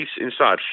inside